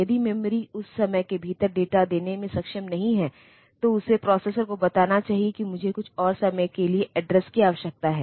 यदि मेमोरी उस समय के भीतर डेटा देने में सक्षम नहीं है तो उसे प्रोसेसर को बताना चाहिए कि मुझे कुछ और समय के लिए एड्रेस की आवश्यकता है